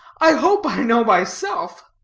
i hope i know myself.